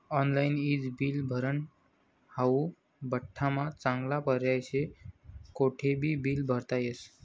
online ईज bill भरनं हाऊ बठ्ठास्मा चांगला पर्याय शे, कोठेबी बील भरता येस